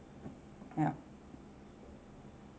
ya